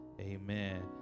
amen